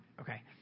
Okay